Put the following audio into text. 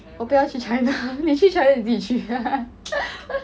okay lor 去 china 你去 china 你自己去